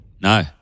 No